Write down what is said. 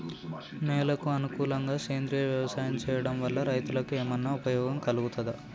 నేలకు అనుకూలంగా సేంద్రీయ వ్యవసాయం చేయడం వల్ల రైతులకు ఏమన్నా ఉపయోగం కలుగుతదా?